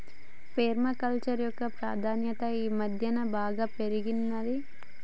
పేర్మ culture యొక్క ప్రాధాన్యత ఈ మధ్యన బాగా పెరిగినాది